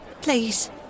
Please